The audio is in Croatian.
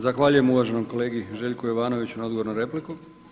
Zahvaljujem uvaženom kolegi Željku Jovanoviću na odgovoru na repliku.